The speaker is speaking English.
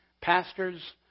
pastors